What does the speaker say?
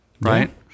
right